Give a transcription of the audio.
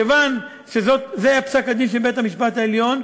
כיוון שזה היה פסק-הדין של בית-המשפט העליון,